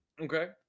Okay